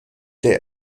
der